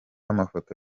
amafoto